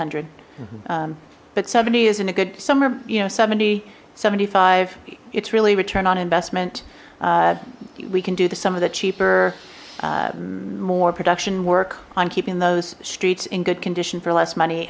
hundred but seventy isn't a good summer you know seventy seventy five it's really return on investment we can do the some of the cheaper more production work on keeping those streets in good condition for less money